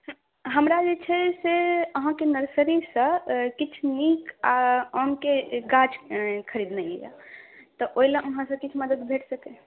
हमरा जे छै से अहाँके नर्सरीसँ किछु नीक आमके गाछ खरीदनाइ यऽ तऽ ओहिला अहाँ से किछु मदद भेट सकैया